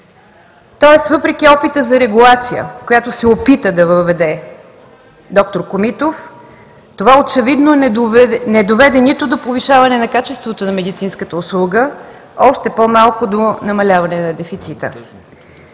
Тоест въпреки опита за регулация, която се опита да въведе д р Комитов, това очевидно не доведе нито до повишаване качеството на медицинската услуга, още по-малко до намаляване на дефицита.